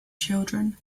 children